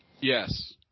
Yes